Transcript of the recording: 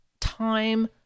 time